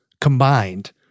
combined